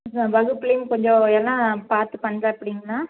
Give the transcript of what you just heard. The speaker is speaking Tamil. இப்போ வகுப்புலேயும் கொஞ்சம் இதெல்லாம் பார்த்து பண்ணுறாப்பிடிங்களா